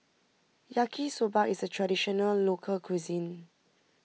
Yaki Soba is a Traditional Local Cuisine